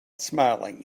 smiling